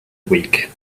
week